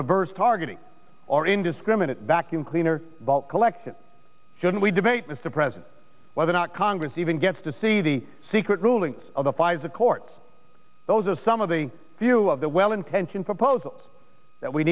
reverse targeting or indiscriminate vacuum cleaner collected shouldn't we debate with the president whether or not congress even gets to see the secret rulings of the pfizer courts those are some of the few of the well intentioned proposals that we